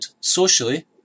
socially